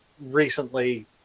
recently